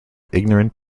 ignorant